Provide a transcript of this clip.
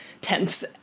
tense